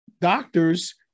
doctors